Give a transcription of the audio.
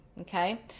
Okay